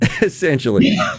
essentially